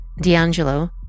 D'Angelo